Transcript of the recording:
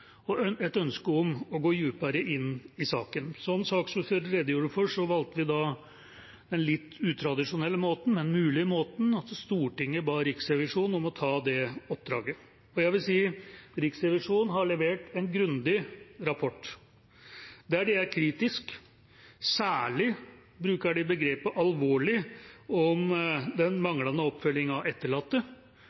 et ønske om å gå dypere inn i saken. Som saksordføreren redegjorde for, valgte vi da den litt utradisjonelle, men mulige, måten at Stortinget ba Riksrevisjonen om å ta det oppdraget. Jeg vil si at Riksrevisjonen har levert en grundig rapport. Der de er kritiske, bruker de særlig begrepet «alvorlig» om den manglende oppfølgingen av etterlatte